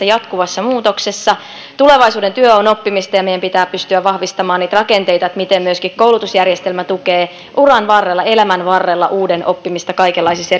jatkuvassa muutoksessa tulevaisuuden työ on oppimista ja meidän pitää pystyä vahvistamaan niitä rakenteita miten myöskin koulutusjärjestelmä tukee uran varrella elämän varrella uuden oppimista kaikenlaisissa